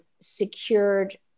secured